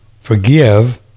forgive